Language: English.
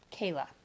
Kayla